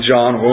John